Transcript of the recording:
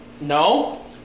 No